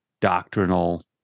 doctrinal